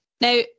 Now